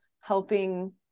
helping